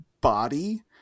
body